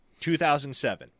2007